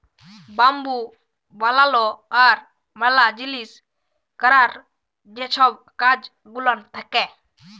bamboo বালালো আর ম্যালা জিলিস ক্যরার যে ছব কাজ গুলান থ্যাকে